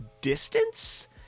distance